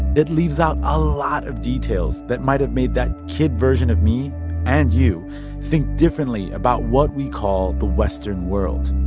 it leaves out a lot of details that might have made that kid version of me and you think differently about what we call the western world.